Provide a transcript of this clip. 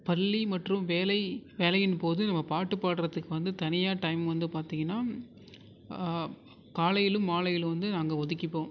பள்ளி மற்றும் வேலை வேலையின்போது நம்ம பாட்டு பாடுகிறத்துக்கு வந்து தனியாக டைம் வந்து பார்த்திங்கனா காலையிலும் மாலையிலும் வந்து நாங்கள் ஒதுக்கிப்போம்